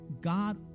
God